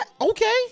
Okay